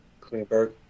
Klingberg